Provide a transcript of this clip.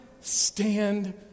stand